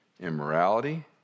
immorality